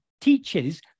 teaches